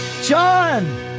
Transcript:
John